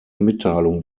mitteilung